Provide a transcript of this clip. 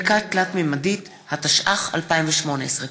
(חלקה תלת-ממדית), התשע"ח 2018. תודה.